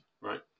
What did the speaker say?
right